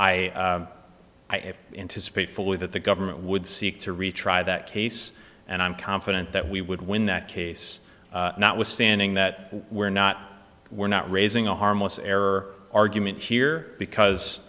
i i if anticipate fully that the government would seek to retry that case and i'm confident that we would win that case notwithstanding that we're not we're not raising a harmless error argument here because